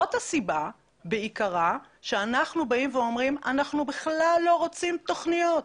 זאת הסיבה בעיקרה שאנחנו באים ואומרים שאנחנו בכלל לא רוצים תוכניות.